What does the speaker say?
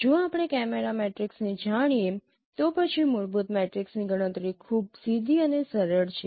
જો આપણે કેમેરા મેટ્રિક્સને જાણીએ તો પછી મૂળભૂત મેટ્રિક્સની ગણતરી ખૂબ સીધી અને સરળ છે